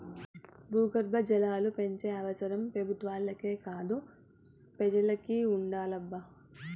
భూగర్భ జలాలు పెంచే అవసరం పెబుత్వాలకే కాదు పెజలకి ఉండాలబ్బా